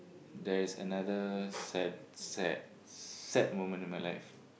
there is another sad sad sad moment in my life